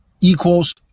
equals